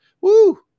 Woo